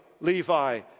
Levi